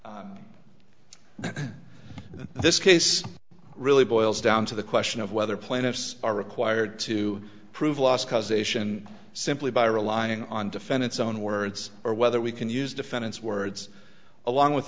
this case really boils down to the question of whether plaintiffs are required to prove lost causation simply by relying on defendant's own words or whether we can use defendant's words along with